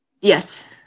Yes